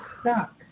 stuck